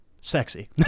sexy